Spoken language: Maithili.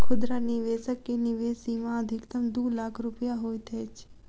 खुदरा निवेशक के निवेश सीमा अधिकतम दू लाख रुपया होइत अछि